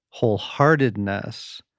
Wholeheartedness